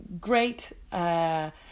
great